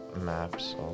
maps